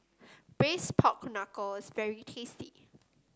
Braised Pork Knuckle is very tasty